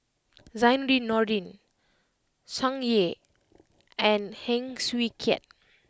Zainudin Nordin Tsung Yeh and Heng Swee Keat